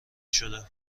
شده